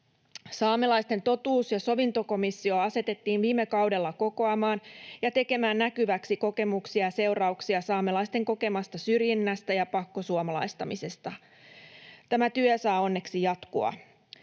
Saamelaisten totuus- ja sovintokomissio asetettiin viime kaudella kokoamaan ja tekemään näkyväksi kokemuksia ja seurauksia saamelaisten kokemasta syrjinnästä ja pakkosuomalaistamisesta. Tämä työ saa onneksi jatkua.